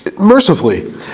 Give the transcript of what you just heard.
mercifully